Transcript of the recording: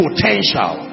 Potential